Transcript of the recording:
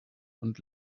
und